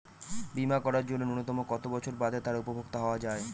বীমা করার জন্য ন্যুনতম কত বছর বাদে তার উপভোক্তা হওয়া য়ায়?